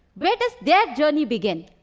where does their journey begin?